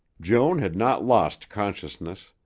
joan had not lost consciousness.